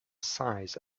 size